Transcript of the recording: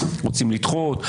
רוצים לדחות,